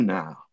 now